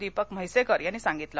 दीपक म्हैसेकर यांनी सांगितलं